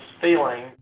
feeling